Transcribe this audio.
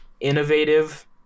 innovative